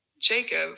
Jacob